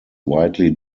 widely